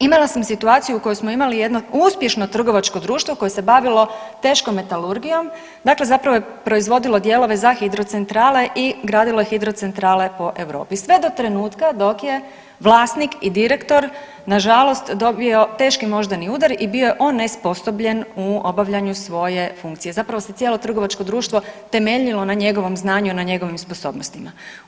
imala sam situaciju u kojoj smo imali jedno uspješno trgovačko društvo koje se bavilo teškom metalurgijom, dakle zapravo je proizvodilo dijelove za hidrocentrale i gradilo je hidrocentrale po Europi sve do trenutka dok je vlasnik i direktor nažalost dobio teški moždani udar i bio je onesposobljen u obavljanju svoje funkcije, zapravo se cijelo trgovačko društvo temeljilo na njegovom znanju i na njegovim sposobnostima.